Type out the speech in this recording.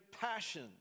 passion